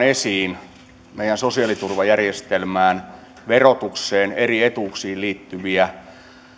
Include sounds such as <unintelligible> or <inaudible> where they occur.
<unintelligible> esiin sosiaaliturvajärjestelmään verotukseen eri etuuksiin liittyviä